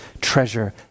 treasure